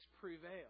prevail